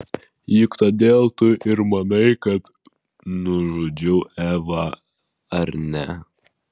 juk todėl tu ir manai kad nužudžiau evą ar ne